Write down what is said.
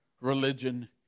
religion